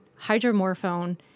hydromorphone